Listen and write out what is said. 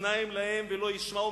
אוזניים להם ולא ישמעו,